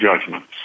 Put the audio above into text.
judgments